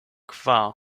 kvar